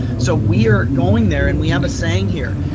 so we are going there and we have a saying here.